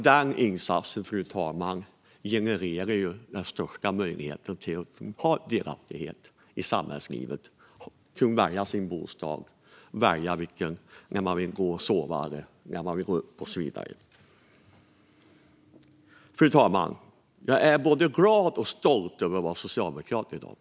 Den insatsen, fru talman, genererar den största möjligheten till delaktighet i samhällslivet, till att välja sin bostad och till att välja när man vill gå och sova, när man vill gå upp och så vidare. Fru talman! Jag är både glad och stolt över att vara socialdemokrat i dag.